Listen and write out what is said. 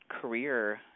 career